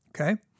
okay